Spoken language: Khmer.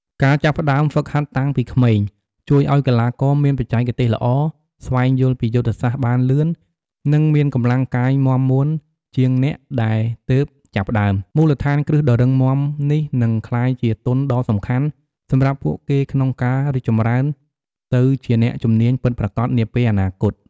ការចាប់ផ្ដើមហ្វឹកហាត់តាំងពីក្មេង ជួយឱ្យកីឡាករមានបច្ចេកទេសល្អ ស្វែងយល់ពីយុទ្ធសាស្ត្របានលឿន និងមានកម្លាំងកាយមាំមួនជាងអ្នកដែលទើបចាប់ផ្ដើម មូលដ្ឋានគ្រឹះដ៏រឹងមាំនេះនឹងក្លាយជាទុនដ៏សំខាន់ សម្រាប់ពួកគេក្នុងការរីកចម្រើនទៅជាអ្នកជំនាញពិតប្រាកដនាពេលអនាគត។